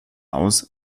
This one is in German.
aus